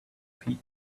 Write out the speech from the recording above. feet